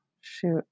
shoot